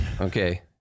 Okay